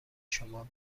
شما